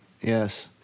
Yes